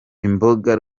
imboga